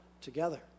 together